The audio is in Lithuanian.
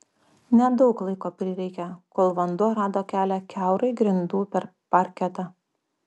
nedaug laiko prireikė kol vanduo rado kelią kiaurai grindų per parketą